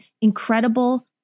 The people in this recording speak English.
incredible